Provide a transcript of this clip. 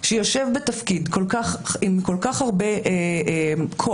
שיושב בתפקיד עם כל כך הרבה כוח,